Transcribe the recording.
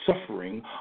suffering